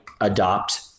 adopt